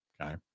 Okay